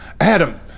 Adam